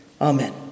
Amen